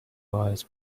boys